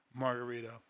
Margarito